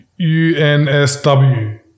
UNSW